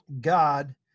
God